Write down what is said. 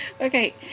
Okay